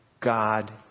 God